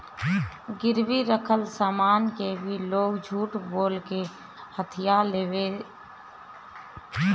गिरवी रखल सामान के भी लोग झूठ बोल के हथिया लेत हवे